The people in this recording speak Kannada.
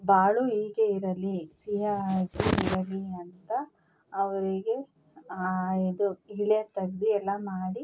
ಬಾಳು ಹೀಗೆ ಇರಲಿ ಸಿಹಿಯಾಗಿ ಇರಲಿ ಅಂತ ಅವರಿಗೆ ಇದು ಇಳೆ ತೆಗೆದು ಎಲ್ಲ ಮಾಡಿ